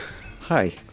hi